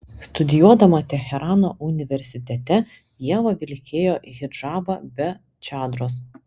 studijuodama teherano universitete ieva vilkėjo hidžabą be čadros